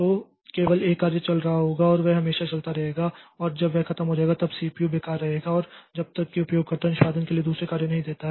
तो केवल एक कार्य चल रहा होगा और वह हमेशा चलता रहेगा और जब वह खत्म हो जाएगा तब तक सीपीयू बेकार रहेगा और जब तक कि उपयोगकर्ता निष्पादन के लिए दूसरी कार्य नहीं देता है